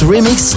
Remix